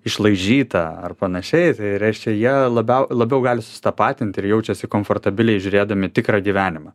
išlaižytą ar panašiai tai reiškia jie labiau labiau gali susitapatinti ir jaučiasi komfortabiliai žiūrėdami tikrą gyvenimą